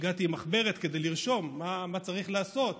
הגעתי עם מחברת כדי לרשום מה צריך לעשות,